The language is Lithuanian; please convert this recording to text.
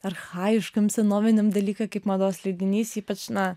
archajiškam senoviniam dalykui kaip mados leidinys ypač na